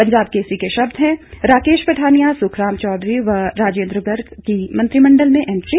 पंजाब केसरी के शब्द हैं राकेश पठानिया सुखराम चौधरी व राजेंद्र गर्ग की मंत्रिमंडल में एंटरी